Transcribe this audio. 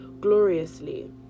gloriously